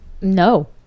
no